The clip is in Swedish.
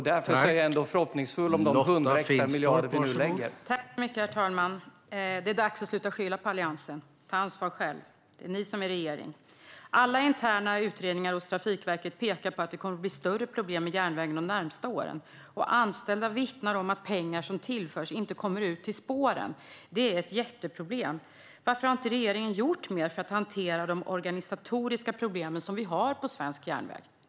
Därför är jag ändå förhoppningsfull om de 100 extra miljarder vi nu lägger till.